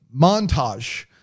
montage